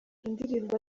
indirimbo